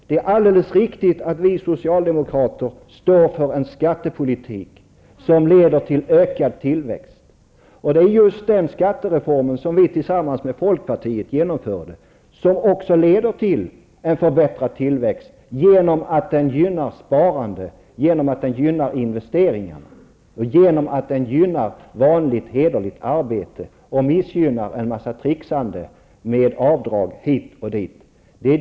Det är alldeles riktigt att vi socialdemokrater står för en skattepolitik som leder till ökad tillväxt, och det är just den skattereform som vi genomförde tillsammans med folkpartiet som leder till en förbättrad tillväxt, genom att den gynnar sparande, genom att den gynnar investeringar och genom att den gynnar vanligt, hederligt arbete och missgynnar en massa trixande med avdrag hit och dit.